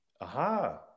Aha